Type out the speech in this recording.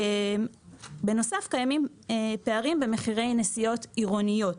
קיימים פערים במחירי נסיעות עירוניות,